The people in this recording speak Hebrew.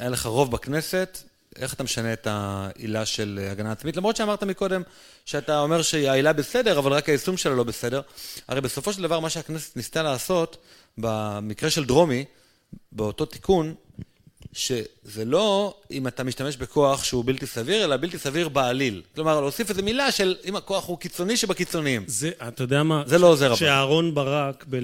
היה לך רוב בכנסת, איך אתה משנה את העילה של הגנה עצמית? למרות שאמרת מקודם שאתה אומר שהעילה בסדר, אבל רק היישום שלה לא בסדר. הרי בסופו של דבר מה שהכנסת ניסתה לעשות, במקרה של דרומי, באותו תיקון, שזה לא אם אתה משתמש בכוח שהוא בלתי סביר, אלא בלתי סביר בעליל. כלומר, להוסיף איזה מילה של אם הכוח הוא קיצוני, שבקיצוניים. זה, אתה יודע מה? זה לא עוזר הרבה. שאהרון ברק